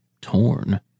torn